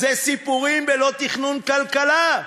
זה סיפורים ולא תכנון כלכלה.